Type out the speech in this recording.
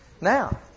Now